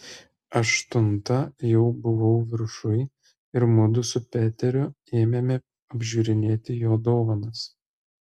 aštuntą jau buvau viršuj ir mudu su peteriu ėmėme apžiūrinėti jo dovanas